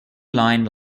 line